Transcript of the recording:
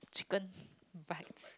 chicken butts